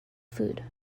food